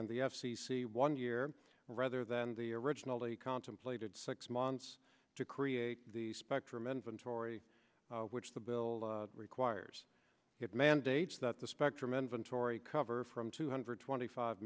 e the f c c one year rather than the originally contemplated six months to create the spectrum inventory which the bill requires it mandates that the spectrum inventory cover from two hundred twenty five